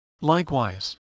Likewise